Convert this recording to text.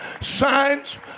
Signs